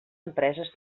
empreses